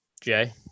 Jay